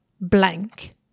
blank